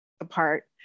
apart